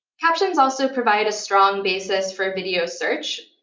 captions also provide a strong basis for video search.